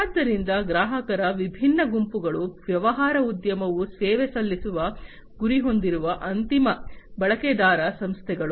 ಆದ್ದರಿಂದ ಗ್ರಾಹಕರ ವಿಭಿನ್ನ ಗುಂಪುಗಳು ವ್ಯಾಪಾರ ಉದ್ಯಮವು ಸೇವೆ ಸಲ್ಲಿಸುವ ಗುರಿ ಹೊಂದಿರುವ ಅಂತಿಮ ಬಳಕೆದಾರ ಸಂಸ್ಥೆಗಳು